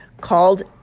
called